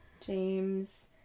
James